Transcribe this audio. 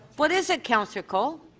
what is it councillor colle?